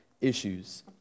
issues